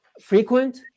frequent